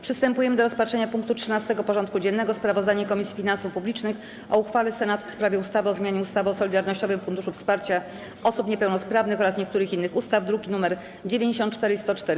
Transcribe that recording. Przystępujemy do rozpatrzenia punktu 13. porządku dziennego: Sprawozdanie Komisji Finansów Publicznych o uchwale Senatu w sprawie ustawy o zmianie ustawy o Solidarnościowym Funduszu Wsparcia Osób Niepełnosprawnych oraz niektórych innych ustaw (druki nr 94 i 104)